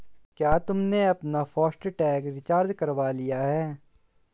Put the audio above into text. क्या तुमने अपना फास्ट टैग रिचार्ज करवा लिया है?